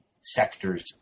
sectors